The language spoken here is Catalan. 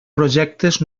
projectes